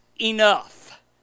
enough